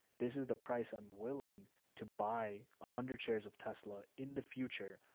this is the price i'm willing to buy a hundred shares of tesla in the future,